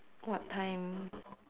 what time